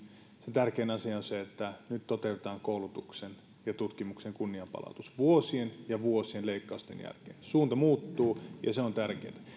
tärkein asia on se että nyt toteutetaan koulutuksen ja tutkimuksen kunnianpalautus vuosien ja vuosien leikkausten jälkeen suunta muuttuu ja se on tärkeätä